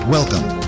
Welcome